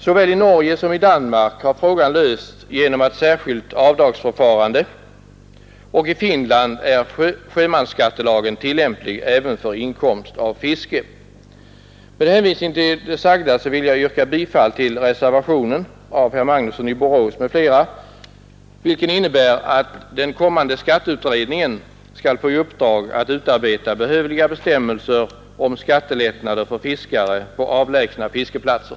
Såväl i Norge som i Danmark har frågan lösts genom ett särskilt avdragsförfarande, och i Finland är sjömansskattelagen tillämplig även på inkomst av fiske. Med hänvisning till det sagda vill jag yrka bifall till reservationen av herr Magnusson i Borås m.fl., vilken innebär att den kommande skatteutredningen skall få i uppdrag att utarbeta behövliga bestämmelser om skattelättnader för fiskare på avlägsna fiskeplatser.